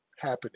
happening